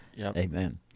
Amen